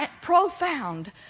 profound